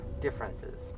differences